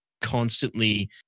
constantly